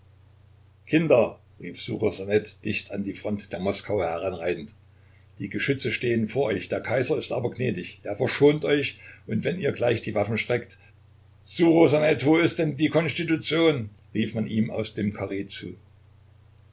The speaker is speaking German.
kinder rief ssuchosanet dicht an die front der moskauer heranreitend die geschütze stehen vor euch der kaiser ist aber gnädig er verschont euch und wenn ihr gleich die waffen streckt ssuchosanet wo ist denn die konstitution rief man ihm aus dem karree zu